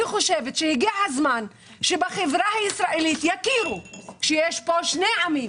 אני חושבת שהגיע הזמן שבחברה הישראלית יכירו שיש פה שני עמים